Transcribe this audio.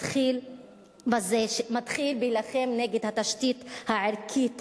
מתחיל להילחם נגד התשתית הערכית,